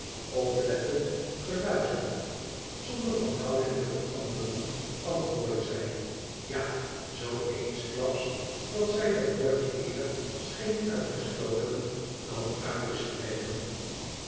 oplettend geluisterd zonder van houding te veranderen antwoordde zij ja zoo eensklaps dat zij dat woordje eer scheen uit te stooten dan uit te spreken